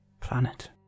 planet